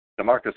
DeMarcus